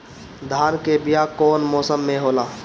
धान के बीया कौन मौसम में होला?